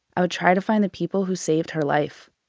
i would try to find the people who saved her life